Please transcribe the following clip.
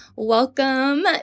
Welcome